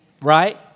Right